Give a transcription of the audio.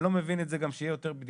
אני לא מבין את זה גם שיהיו יותר בדיקות,